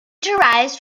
derives